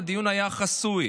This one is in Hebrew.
הדיון היה חסוי.